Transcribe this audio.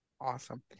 Awesome